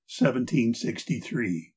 1763